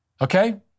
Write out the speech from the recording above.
Okay